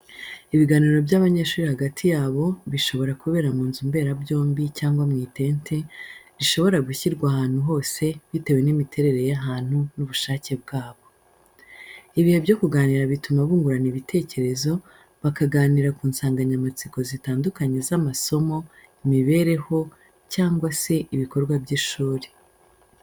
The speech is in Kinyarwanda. Ibiganiro by'abanyeshuri hagati yabo, bishobora kubera mu nzu mberabyombi cyangwa mu itente, rishobora gushyirwa ahantu hose bitewe n'imiterere y'ahantu n'ubushake bwabo. Ibihe byo kuganira bituma bungurana ibitekerezo, bakaganira ku nsanganyamatsiko zitandukanye z'amasomo, imibereho cyangwa se ibikorwa by'ishuri.